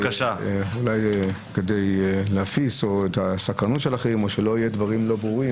כדי שלא יהיו דברים לא ברורים.